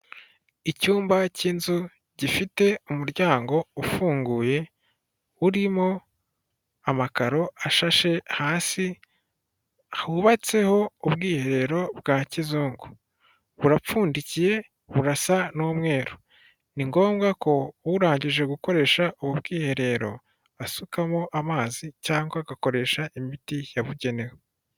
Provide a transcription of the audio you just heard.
Icyumba cy'inzu gifite umuryango ufunguye, urimo amakaro ashashe hasi hubatseho ubwiherero bwa kizungu burapfundikiye burasa n'umweru, ni ngombwa ko urangije gukoresha ubu bwiherero asukamo amazi cyangwa agakoresha imiti yabugenewe.